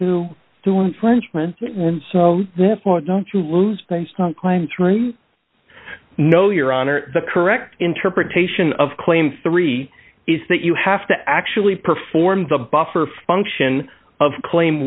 and so therefore don't you lose based on claims ring no your honor the correct interpretation of claim three is that you have to actually perform the buffer function of claim